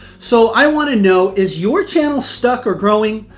so, i want to know, is your channel stuck or growing?